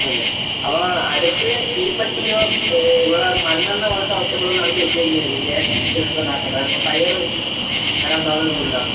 okay അപ്പോൾ അടുത്ത് തീപ്പെട്ടിയോ ഇവിടെ മണ്ണെണ്ണ പോലത്തെ വസ്തുക്കൾ ഒന്നും അടുത്ത് വെച്ചേക്കരുത് ഗ്യാസ് സിലിണ്ടറാണ് കാരണം ഫയറ് അല്ല അത് ഫുള്ളാണ്